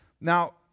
Now